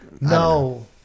no